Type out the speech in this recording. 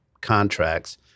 contracts